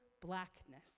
blackness